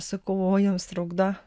sakau o jums trukdo